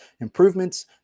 improvements